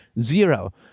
zero